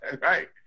right